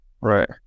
Right